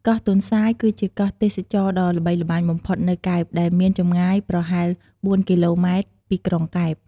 កោះទន្សាយ គឺជាកោះទេសចរណ៍ដ៏ល្បីល្បាញបំផុតនៅកែប ដែលមានចម្ងាយប្រហែល ៤ គីឡូម៉ែត្រពីក្រុងកែប។